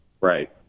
Right